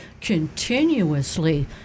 continuously